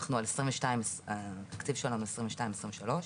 התקציב שלנו על 2022,